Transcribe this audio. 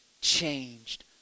changed